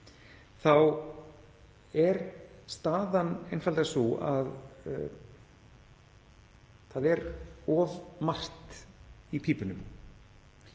þá er staðan einfaldlega sú að það er of margt í pípunum.